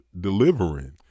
delivering